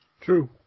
True